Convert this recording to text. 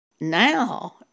now